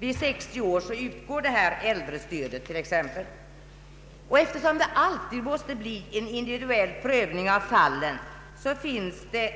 Vid 60 år utgår t.ex. äldrestödet. Eftersom det alltid måste bli en individuell prövning av fallen finns det